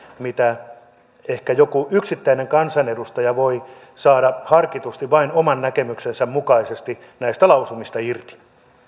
minkä ehkä joku yksittäinen kansanedustaja voi saada harkitusti vain oman näkemyksensä mukaisesti näistä lausumista irti